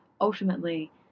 ultimately